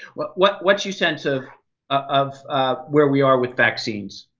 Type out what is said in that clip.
what what what's your sense of of where we are with vaccines?